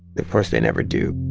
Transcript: of course, they never do